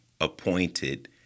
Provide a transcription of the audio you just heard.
appointed